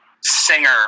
singer